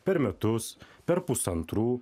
per metus per pusantrų